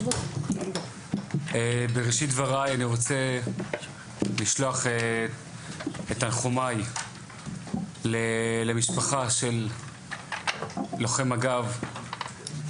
בראשית דבריי אני רוצה לשלוח את תנחומי למשפחה של לוחם מג"ב